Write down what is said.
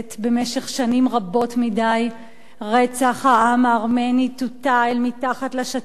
במשך שנים רבות מדי רצח העם הארמני טואטא אל מתחת לשטיח,